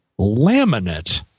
laminate